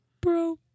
Bro